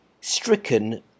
Stricken